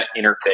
interface